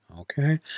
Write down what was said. Okay